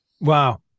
Wow